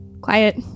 quiet